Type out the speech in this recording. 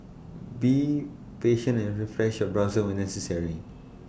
be patient and refresh your browser when necessary